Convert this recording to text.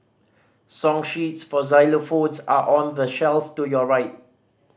song sheets for xylophones are on the shelf to your right